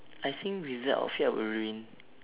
I think with that outfit I will ruin